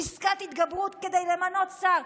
פסקת התגברות כדי למנות שר.